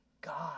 God